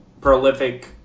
prolific